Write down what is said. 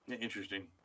Interesting